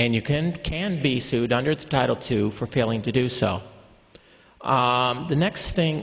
and you can can be sued under title two for failing to do so the next thing